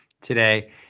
today